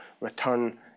return